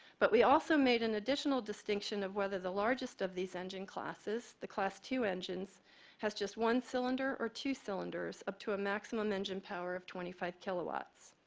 but we also made an additional distinction of whether the largest of these engine classes, the class two engines has just one cylinder or two cylinders up to a maximum engine power of twenty five kilowatts.